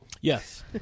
Yes